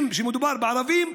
כשמדובר בערבים,